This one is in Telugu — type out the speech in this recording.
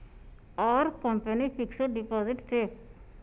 Are company fixed deposit safe?